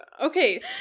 okay